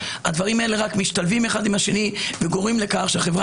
הדברים האלה רק משתלבים אחד עם השני וגורמים לכך שהחברה